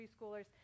preschoolers